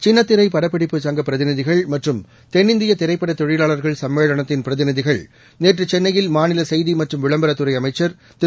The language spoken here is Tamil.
சின்னத்திரை படப்படிப்புச் சங்க பிரதிநிதிகள் மற்றும் தென்னிந்திய திரைப்பட தொழிலாளர்கள் சும்மேளனத்தின் பிரதிநிதிகள் நேற்று சென்னையில் மாநில செய்தி மற்றும் விளம்பரத்துறை அமைச்சர் திரு